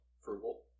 Frugal